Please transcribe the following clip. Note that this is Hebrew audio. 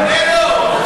תענה לו, הוא